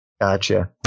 Gotcha